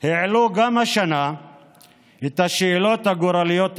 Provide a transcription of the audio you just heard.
העלו גם השנה את השאלות הגורליות הבאות: